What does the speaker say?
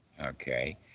Okay